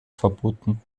verboten